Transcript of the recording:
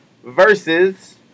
Versus